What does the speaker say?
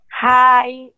Hi